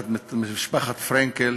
משפחת פרנקל